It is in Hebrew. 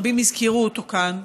רבים הזכירו אותו כאן.